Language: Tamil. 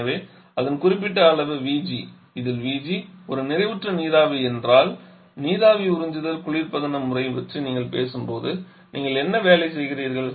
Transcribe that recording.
எனவே அதன் குறிப்பிட்ட அளவு vg இதில் vg ஒரு நிறைவுற்ற நீராவி என்றால் நீராவி உறிஞ்சுதல் குளிர்பதன முறை பற்றி நீங்கள் பேசும்போது நீங்கள் என்ன வேலை செய்கிறீர்கள்